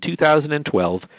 2012